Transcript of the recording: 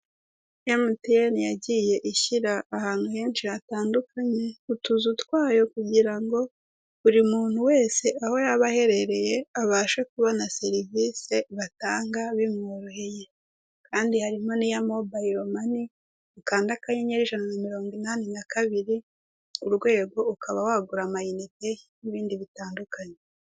MTN yagiye ishyira ahantu henshi hatandukanye utuzu twayo kugira ngo buri muntu wese aho yaba aherereye abashe kubona serivisi batanga bimworoheye, kandi harimo n'iya MobileMoney ukanda akanyenyeri ijana na mirongo inani na kabiri urwego ukaba wagura ama inite n'ibindi bitandukanye.